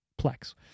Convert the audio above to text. Plex